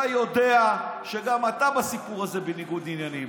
אתה יודע שגם אתה בסיפור הזה בניגוד עניינים,